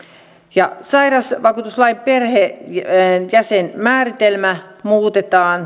sairausvakuutuslain perhejäsenmääritelmä muutetaan